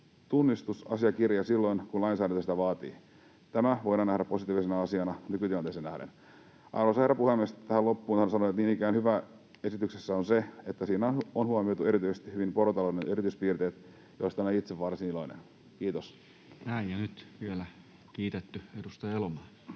tunnistusasiakirja silloin, kun lainsäädäntö sitä vaatii. Tämä voidaan nähdä positiivisena asiana nykytilanteeseen nähden. Arvoisa herra puhemies! Tähän loppuun tahdon sanoa, että niin ikään hyvää esityksessä on se, että siinä on huomioitu erityisen hyvin porotalouden erityispiirteet, mistä olen itse varsin iloinen. — Kiitos. [Speech 147] Speaker: Toinen varapuhemies